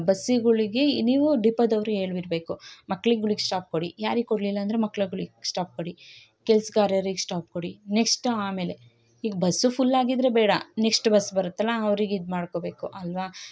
ಬಸ್ಸುಗಳಿಗೆ ನೀವು ಡಿಪೊದವರು ಹೇಳಿ ಬಿಡ್ಬೇಕು ಮಕ್ಳುಗಳಿಗ್ ಸ್ಟಾಪ್ ಕೊಡಿ ಯಾರಿಗ್ ಕೊಡ್ಲಿಲ್ಲ ಅಂದ್ರ್ ಮಕ್ಳುಗಳಿಗ್ ಸ್ಟಾಪ್ ಕೊಡಿ ಕೆಲ್ಸಗಾರರಿಗ್ ಸ್ಟಾಪ್ ಕೊಡಿ ನೆಕ್ಸ್ಟ್ ಆಮೇಲೆ ಈಗ ಬಸ್ಸು ಫುಲ್ ಆಗಿದ್ರೆ ಬೇಡ ನೆಕ್ಸ್ಟ್ ಬಸ್ ಬರುತ್ತಲ್ಲ ಅವರಿಗೆ ಇದು ಮಾಡ್ಕೋಬೇಕು ಅಲ್ವಾ